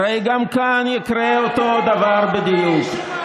הרי גם כאן יקרה אותו דבר בדיוק.